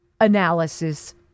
Analysis